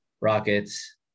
Rockets